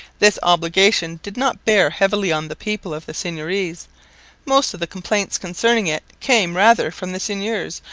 this obligation did not bear heavily on the people of the seigneuries most of the complaints concerning it came rather from the seigneurs,